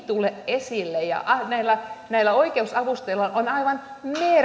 tule esille ja näillä oikeusavustajilla on aivan